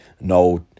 No